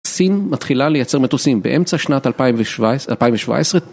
סין מתחילה לייצר מטוסים באמצע שנת 2017.